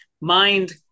mind